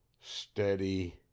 steady